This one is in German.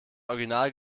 original